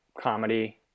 comedy